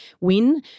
win